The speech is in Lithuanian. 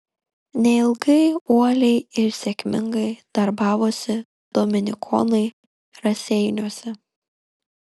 neilgai uoliai ir sėkmingai darbavosi dominikonai raseiniuose